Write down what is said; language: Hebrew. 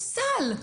יש סל,